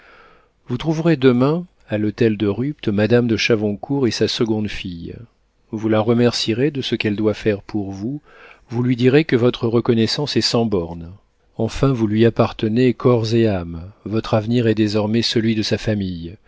vous trouverez demain à l'hôtel de rupt madame de chavoncourt et sa seconde fille vous la remercierez de ce qu'elle doit faire pour vous vous lui direz que votre reconnaissance est sans bornes enfin vous lui appartenez corps et âme votre avenir est désormais celui de sa famille